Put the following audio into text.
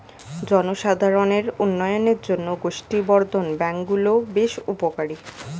জনসাধারণের উন্নয়নের জন্য গোষ্ঠী বর্ধন ব্যাঙ্ক গুলো বেশ উপকারী